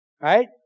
Right